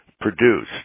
produced